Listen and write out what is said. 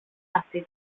αυτή